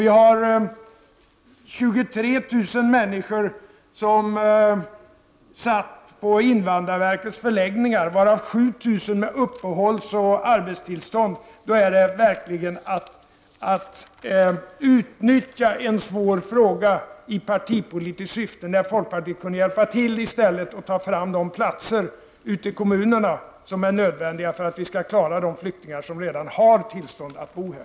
Vidare hade vi 23 000 människor på invandrarverkets förläggningar, varav 7 000 med uppehållsoch arbetstillstånd. Då är det verkligen trist att en svår fråga utnyttjas i partipolitiskt syfte, när folkpartiet i stället kunde hjälpa till att ta fram de platser ute i kommunerna som är nödvändiga för att vi skall klara de flyktingar som redan har tillstånd att bo här.